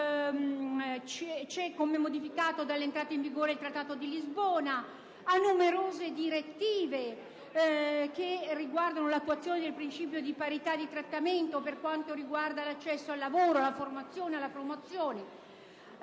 CEE, come modificato dall'entrata in vigore del Trattato di Lisbona; a numerose direttive che riguardano l'attuazione del principio di parità di trattamento per quanto riguarda l'accesso al lavoro, la formazione e la promozione;